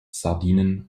sardinen